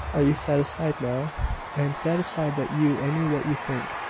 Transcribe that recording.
are you satisfied now? i am satisfied that you any what you think.